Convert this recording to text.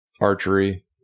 archery